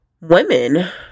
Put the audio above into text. women